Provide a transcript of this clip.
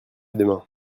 demain